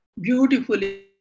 beautifully